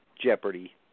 Jeopardy